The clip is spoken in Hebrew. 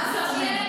מה זה אומר?